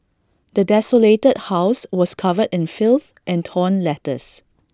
the desolated house was covered in filth and torn letters